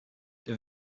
der